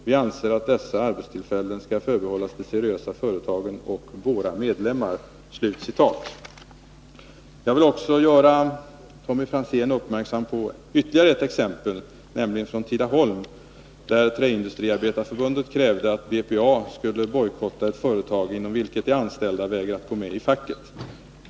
Vi anser att dessa arbetstillfällen skall förbehållas de seriösa företagen och våra medlemmar.” Jag vill också göra Tommy Franzén uppmärksam på ytterligare ett exempel, nämligen från Tidaholm. Där har Träindustriarbetareförbundet krävt att BPA skulle bojkotta ett företag inom vilket de anställda vägrat gå medi facket.